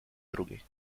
drugiej